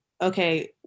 okay